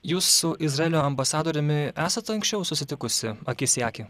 jūs su izraelio ambasadoriumi esat anksčiau susitikusi akis į akį